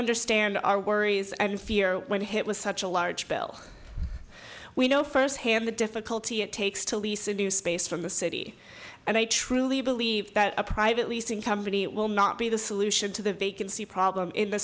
understand our worries and fear when hit with such a large bill we know firsthand the difficulty it takes to lease a new space from the city and i truly believe that a private leasing company will not be the solution to the vacancy problem in th